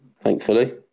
thankfully